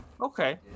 okay